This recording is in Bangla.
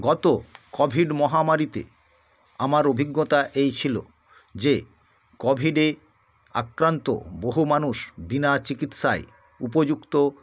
গত কোভিড মহামারীতে আমার অভিজ্ঞতা এই ছিল যে কোভিডে আক্রান্ত বহু মানুষ বিনা চিকিৎসায় উপযুক্ত